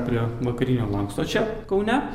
prie vakarinio lanksto čia kaune